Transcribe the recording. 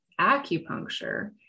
acupuncture